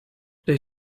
there